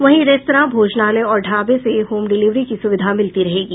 वहीं रेस्तरां भोजनालय और ढाबे से होम डिलिवरी की सुविधा मिलती रहेगी